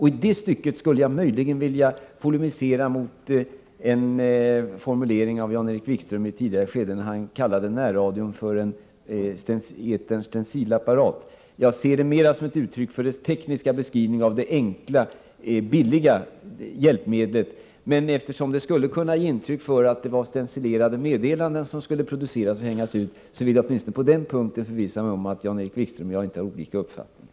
I det stycket skulle jag möjligen vilja polemisera mot en formulering av Jan-Erik Wikström i ett tidigare skede, när han kallade närradion för en eterns stencilapparat. Jag ser det mer som ett uttryck för en teknisk beskrivning av det enkla, billiga hjälpmedlet, men eftersom beteckningen skulle kunna ge ett intryck av att det var fråga om stencilerade meddelanden som skulle produceras, vill jag åtminstone på den punkten förvissa mig om att Jan-Erik Wikström och jag inte har olika uppfattningar.